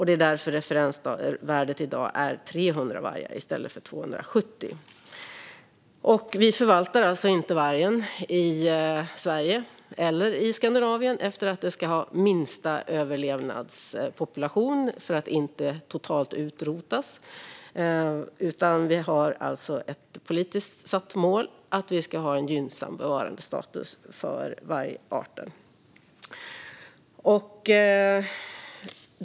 Det är därför referensvärdet i dag är 300 vargar i stället för 270. Vi förvaltar alltså inte vargen i Sverige eller Skandinavien efter en minsta överlevnadspopulation för att den inte totalt ska utrotas, utan vi har ett politiskt satt mål att vi ska ha en gynnsam bevarandestatus för vargarten.